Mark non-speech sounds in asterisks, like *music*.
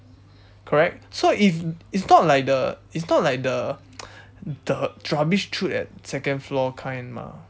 correct so if it's not like the it's not like the *noise* the rubbish chute at second floor kind mah